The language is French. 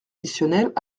additionnels